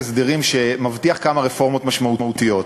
הסדרים שמבטיחים כמה רפורמות משמעותיות.